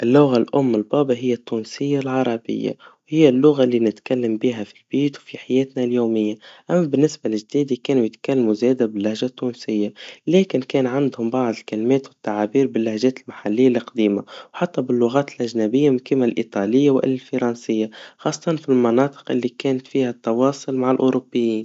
اللغا الأم لبابا هيا التونسيا العربيا, وهي اللغا اللي نتكلم بيها في البيت في حياتنا اليوميا, أما بالنسبا لاجدادي كانوا يتكلموا زادا باللهجا التونسيا, لكن كان عندهم بعض الكلمات والتعابير باللهجات المحليا القديما, وحتى باللغات الأجنبيا ميكيما الإيطاليا, والفرنسيا, خاصةً في المناطق اللي كان فيها التواصل مع الأوربيين.